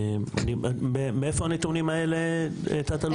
מאיפה הנתונים האלה תת אלוף?